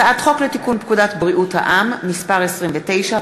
הצעת חוק לתיקון פקודת בריאות העם (מס' 29),